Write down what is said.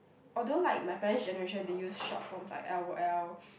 although like my parent's generation they use short forms like L_O_L